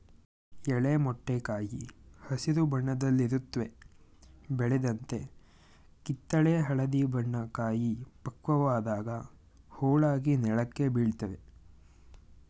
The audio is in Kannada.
ಎಳೆ ಮೊಟ್ಟೆ ಕಾಯಿ ಹಸಿರು ಬಣ್ಣದಲ್ಲಿರುತ್ವೆ ಬೆಳೆದಂತೆ ಕಿತ್ತಳೆ ಹಳದಿ ಬಣ್ಣ ಕಾಯಿ ಪಕ್ವವಾದಾಗ ಹೋಳಾಗಿ ನೆಲಕ್ಕೆ ಬೀಳ್ತವೆ